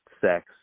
sex